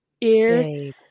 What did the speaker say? ear